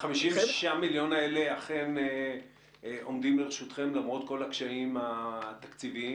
ה-56 מיליון שקל האלה אכן עומדים לרשותכם למרות כל הקשיים התקציביים?